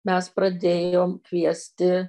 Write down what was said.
mes pradėjom kviesti